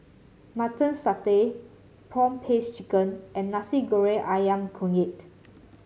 Mutton Satay prawn paste chicken and Nasi Goreng ayam Kunyit